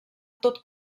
tot